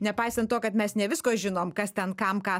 nepaisant to kad mes ne visko žinom kas ten kam ką